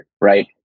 right